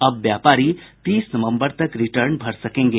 अब व्यापारी तीस नवम्बर तक रिटर्न भर सकेंगे